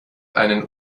einen